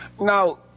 now